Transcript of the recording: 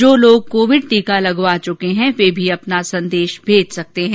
जो लोग कोविड टीका लगवा चुके हैं वे भी अपना संदेश भेज सकते हैं